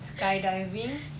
sky diving